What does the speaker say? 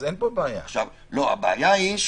הבעיה היא,